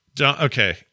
Okay